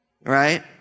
right